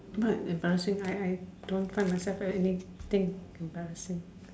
part and passing I don't find myself anything embarrassing